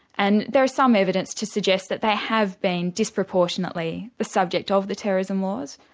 and there is some evidence to suggest that they have been disproportionately the subject of the terrorism laws.